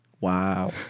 Wow